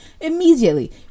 Immediately